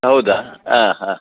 ಹೌದಾ ಹಾಂ ಹಾಂ